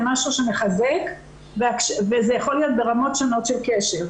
ומחזק וזה יכול להיות ברמות שונות של קשב.